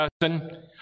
person